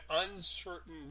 uncertain